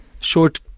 short